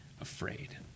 afraid